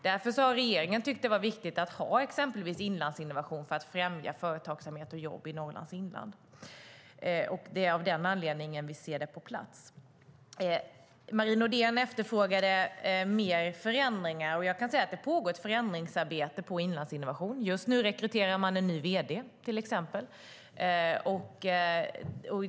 Därför tyckte regeringen att det var viktigt att ha till exempel Inlandsinnovation för att främja företagsamhet och jobb i Norrlands inland. Det är av den anledningen vi nu ser detta på plats. Marie Nordén efterfrågade mer förändringar. Det pågår ett förändringsarbete på Inlandsinnovation. Just nu rekryterar man en ny vd.